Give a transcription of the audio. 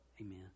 Amen